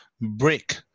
brick